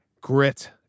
Grit